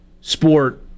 sport